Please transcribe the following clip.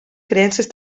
creences